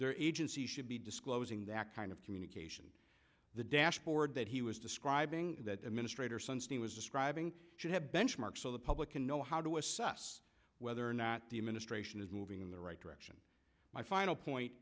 their agency should be disclosing that kind of communication the dashboard that he was describing that administrator sunstein was describing should have benchmarks so the public can know how to assess whether or not the administration is moving in the right direction my final point